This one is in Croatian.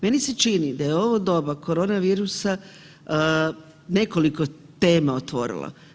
Meni se čini da je ovo doba koronavirusa nekoliko tema otvorilo.